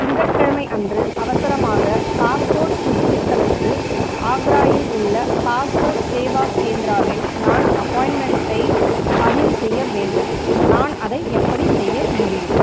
திங்கட்கிழமை அன்று அவசரமாக பாஸ்போர்ட் புதுப்பித்தலுக்கு ஆக்ராவில் உள்ள பாஸ்போர்ட் சேவா கேந்திராவில் நான் அப்பாயிண்ட்மெண்ட்டை பதிவு செய்ய வேண்டும் நான் அதை எப்படி செய்ய முடியும்